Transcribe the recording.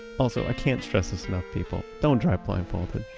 also, i can't stress this enough people, don't drive blindfolded.